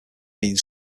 means